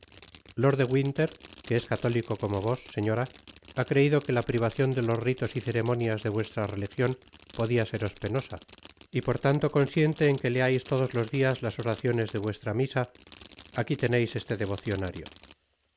de winter que es católico como vos señora ha creido que la prir vacion de los ritos y ceremonias de vuestra religion podria seros penosa y por tanto consiente en que leais todos los dias las oraciones de vuestra misa aqui ieneis este devocionario